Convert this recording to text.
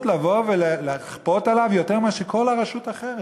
לבוא ולכפות עליו יותר מאשר לכל רשות אחרת.